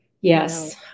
Yes